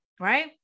right